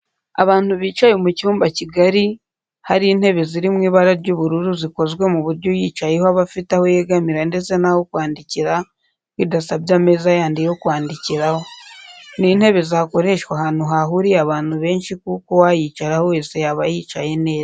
Abantu bicaye mu cyumba kigari, hari intebe ziri mu ibara ry'ubururu zikozwe ku buryo uyicayeho aba afite aho yegamira ndetse n'aho kwandikira bidasabye ameza yandi yo kwandikiraho. Ni intebe zakoreshwa ahantu hahuriye abantu benshi kuko uwayicaraho wese yaba yicaye neza.